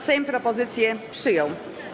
Sejm propozycję przyjął.